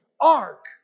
Ark